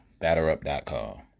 BatterUp.com